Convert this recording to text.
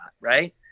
right